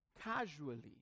casually